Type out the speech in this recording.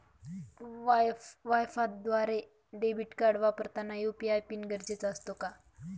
वायफायद्वारे debit card वापरताना UPI PIN गरजेचा असतो का?